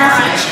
נוכח,